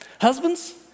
Husbands